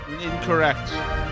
Incorrect